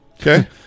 Okay